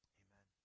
amen